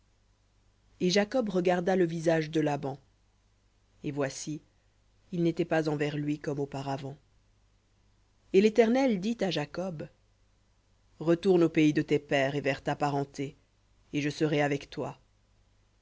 et jacob regarda le visage de laban et voici il n'était pas envers lui comme auparavant et l'éternel dit à jacob retourne au pays de tes pères et vers ta parenté et je serai avec toi